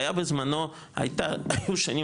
כי היה בזמנו, היו שנים